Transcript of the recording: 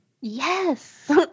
Yes